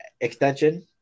extension